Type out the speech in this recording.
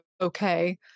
okay